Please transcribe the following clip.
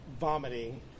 vomiting